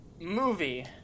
movie